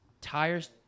tires